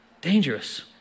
Dangerous